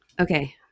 okay